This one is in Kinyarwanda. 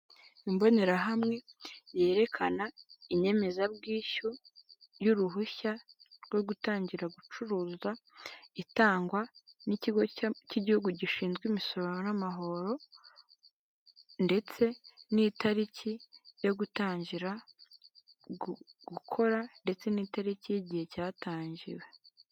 Imbonerahamwe yerekana inyemezabwishyu y'uruhushya rwo gutangira gucuruzwa itangwa n'ikigo cy'igihugu gishinzwe imisoro n'amahoro ndetse ni itariki yo gutangira gukora ndetse n'itariki y'igihe cyatangiwe.